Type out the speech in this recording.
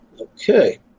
Okay